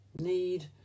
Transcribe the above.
need